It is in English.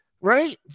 right